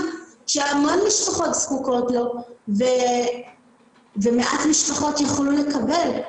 והרבה משפחות זקוקות לו ומעט יכולות לקבל.